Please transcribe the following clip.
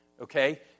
Okay